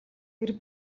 тэр